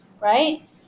Right